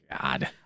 God